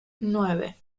nueve